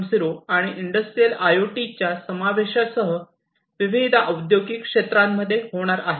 आणि इंडस्ट्रियल आयओटीच्या समावेशासह विविध औद्योगिक क्षेत्रामध्ये होणार आहे